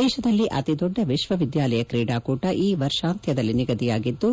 ದೇಶದಲ್ಲಿ ಅತಿದೊಡ್ಡ ವಿಶ್ವವಿದ್ಯಾಲಯ ಕ್ರೀಡಾಕೂಟ ಈ ವರ್ಷಾಂತ್ಯದಲ್ಲಿ ನಿಗದಿಯಾಗಿದ್ದು